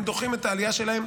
הם דוחים את העלייה שלהם.